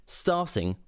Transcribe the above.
starting